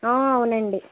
ఆ అవునండి